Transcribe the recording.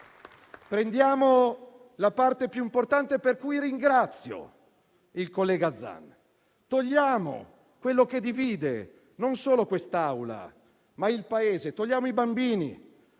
prendiamo la parte più importante, per la quale ringrazio il collega Zan. Togliamo quello che divide non solo quest'Aula, ma tutto il Paese. Togliamo i bambini